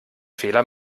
fehler